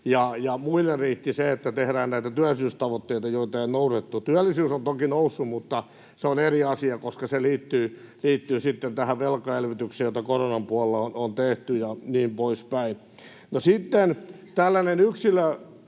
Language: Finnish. Muille riitti se, että tehdään näitä työllisyystavoitteita, joita ei noudatettu. Työllisyys on toki noussut, mutta se on eri asia, koska se liittyy sitten tähän velkaelvytykseen, jota koronan puolella on tehty ja niin poispäin. No, sitten tällainen yksilökohtainen